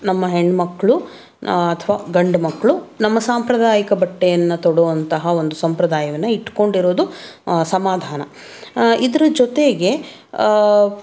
ನಮ್ಮ ಹೆಣ್ಮಕ್ಳು ಅಥವಾ ಗಂಡು ಮಕ್ಕಳು ನಮ್ಮ ಸಾಂಪ್ರದಾಯಿಕ ಬಟ್ಟೆಯನ್ನು ತೊಡುವಂತಹ ಒಂದು ಸಂಪ್ರದಾಯವನ್ನು ಇಟ್ಕೊಂಡಿರೋದು ಸಮಾಧಾನ ಇದರ ಜೊತೆಗೆ